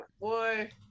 boy